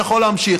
ואני יכול להמשיך.